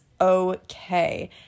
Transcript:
okay